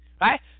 right